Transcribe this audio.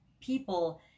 people